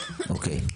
אוקיי.